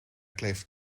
kleeft